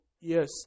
yes